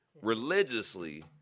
religiously